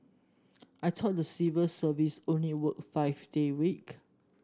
I talk the civil service only work five day week